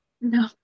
No